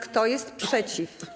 Kto jest przeciw?